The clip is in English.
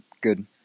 Good